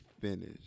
finish